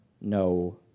No